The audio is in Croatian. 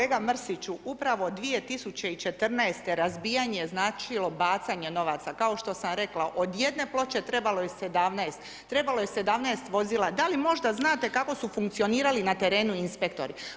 Kolega Mrsiću, upravo 2014. razbijanje je značilo bacanje novaca, kao što sam rekla, od jedne ploče trebalo je 17, trebalo je 17 vozila, da li možda znate kako su funkcionirali na terenu inspektori?